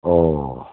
অঁ